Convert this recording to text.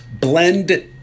Blend